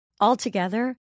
Altogether